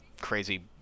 crazy